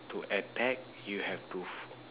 to attack you have to